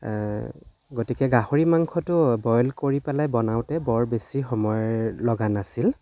গতিকে গাহৰি মাংসটো বইল কৰি পেলাই বনাওঁতে বৰ বেছি সময় লগা নাছিল